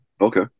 Okay